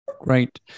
Great